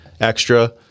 extra